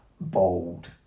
Bold